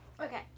Okay